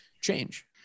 change